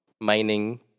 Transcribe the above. mining